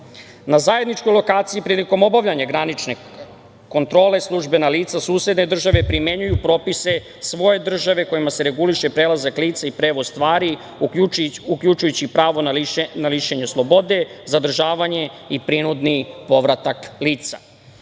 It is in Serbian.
Na zajedničku lokaciju, prilikom obavljanja granične kontrole, službena lica susedne države, primenjuju propise svoje države kojima se reguliše prelazak lica i prevoz stvari, uključujući i pravo na lišenje slobode, zadržavanje i prinudni povratak